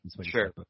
Sure